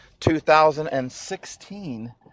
2016